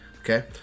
Okay